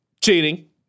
cheating